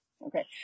Okay